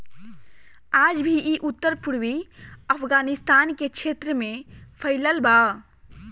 आज भी इ उत्तर पूर्वी अफगानिस्तान के क्षेत्र में फइलल बा